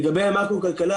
לגבי המאקרו הכלכלה,